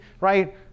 right